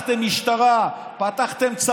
פתחתם משטרה,